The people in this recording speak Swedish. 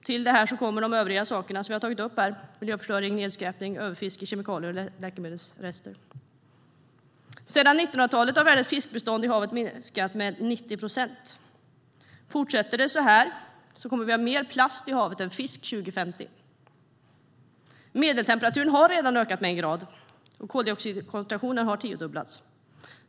Till det kommer de övriga saker som jag har tagit upp här: miljöförstöring, nedskräpning, överfiske, kemikalier och läkemedelsrester. Sedan 1900-talet har världens fiskbestånd i havet minskat med 90 procent. Fortsätter det så här kommer vi att ha mer plast i havet än fisk 2050. Medeltemperaturen har redan ökat med en grad, och koldioxidkoncentrationen har tiodubblats.